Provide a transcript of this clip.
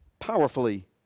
powerfully